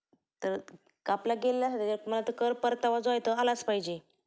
तर कापला गेल्या मला तर कर परतावा जो आहे तो आलाच पाहिजे